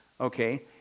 okay